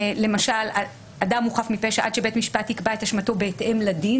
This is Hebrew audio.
למשל אדם הוא חף מפשע עד שבית משפט יקבע את אשמתו בהתאם לדין.